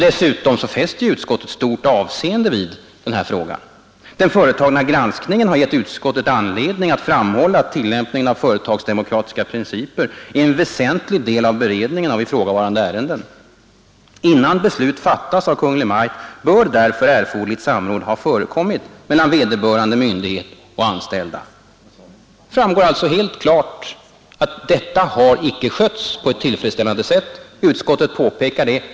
Dessutom fäster utskottet stort avseende vid denna fråga. ”Den företagna granskningen har givit utskottet anledning att framhålla att tillämpningen av företagsdemokratiska principer utgör en väsentlig del av beredningen av ifrågavarande ärenden. Innan beslut fattas av Kungl. Maj:t bör därför 43 erforderligt samråd ha förekommit mellan vederbörande myndighet och anställda.” Det framgår alltså helt klart att detta icke har skötts på ett tillfredsställande sätt, vilket utskottet påpekar.